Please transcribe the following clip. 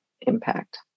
impact